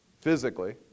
physically